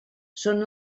són